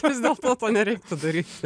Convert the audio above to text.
vis dėlto to nereiktų daryti